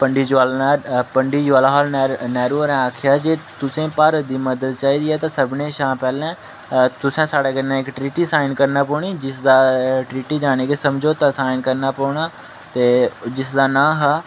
पंडित जवाहर लाल पंडित जवाहर लाल नेहरू होरें आखेआ जे तुसें भारत दी मदद चाहि्दी ऐ ते सभनें शा पैह्लें तुसें साढ़े कन्नै इक ट्रीटी साइन करना पौनी जिसदा ट्रीटी जानी कि समझौता साइन करना पौना ते जिसदा नांऽ